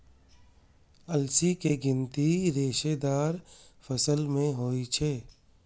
अलसी के गिनती रेशेदार फसल मे होइ छै